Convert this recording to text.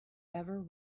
ever